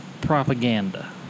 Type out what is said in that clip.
Propaganda